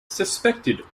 suspected